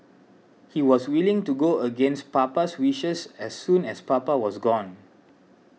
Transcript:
he was willing to go against Papa's wishes as soon as Papa was gone